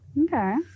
Okay